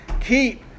Keep